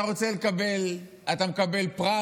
אתה מקבל פרט?